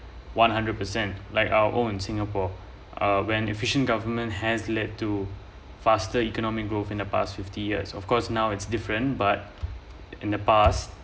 one hundred percent like our own in singapore uh when efficient government has led to faster economic growth in the past fifty years of course now it's different but in the past